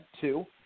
Two